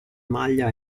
maglia